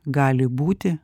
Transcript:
gali būti